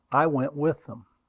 i went with them.